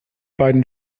beiden